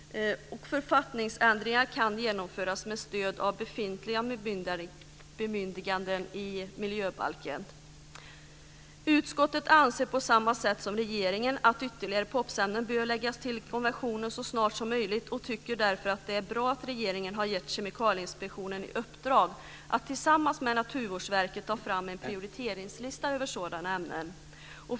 Författningsändringar kan genomföras med stöd av befintliga bemyndiganden i miljöbalken. Utskottet anser på samma sätt som regeringen att ytterligare POP-ämnen bör läggas till konventionen så snart som möjligt och tycker därför att det är bra att regeringen har gett Kemikalieinspektionen i uppdrag att tillsammans med Naturvårdsverket ta fram en prioriteringslista över sådana ämnen.